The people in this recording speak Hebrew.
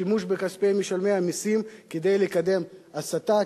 שימוש בכספי משלמי המסים כדי לקדם הסתה,